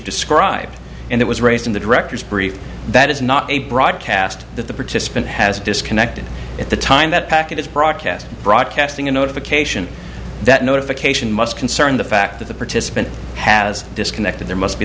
described and it was raised in the director's brief that is not a broadcast that the participant has disconnected at the time that packet is broadcast broadcasting a notification that notification must concern the fact that the participant has disconnected there must be